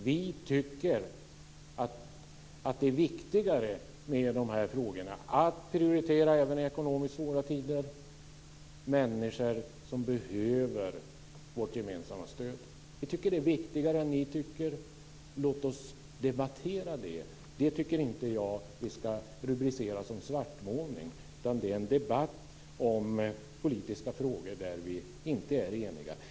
Vi i Folkpartiet tycker att det är viktigare med de här frågorna, dvs. att även i ekonomiskt svåra tider prioritera människor som behöver vårt gemensamma stöd. Vi tycker att det är viktigare än ni gör. Låt oss debattera det! Det tycker inte jag att vi ska rubricera som svartmålning, utan det är en debatt om politiska frågor där vi inte är eniga.